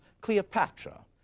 Cleopatra